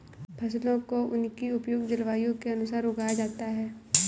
फसलों को उनकी उपयुक्त जलवायु के अनुसार उगाया जाता है